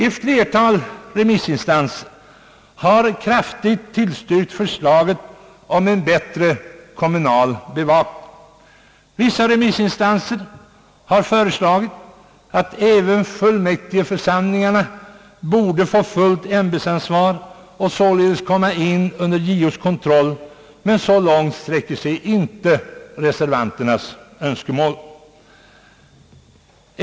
Ett flertal remissinstanser har kraftigt tillstyrkt förslaget om en bättre kommunal bevakning. Vissa remissinstanser har uttalat att även fullmäktigeförsamlingarna borde ha fullt ämbetsansvar och således komma in under JO:s kontroll, men så långt sträcker sig inte reservanternas önskemål.